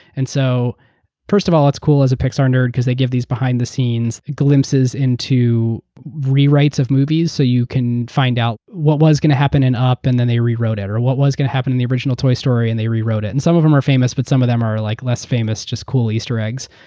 and so first of all, it's cool as a pixar nerd because they give these behind the scenes glimpses into rewrites of movies. so you can find out what was going to happen in up and then they rewrote it. what was going to happen in the original toy story and they rewrote it. and some of them were famous, but some of them were like less famous, just cool easter eggs.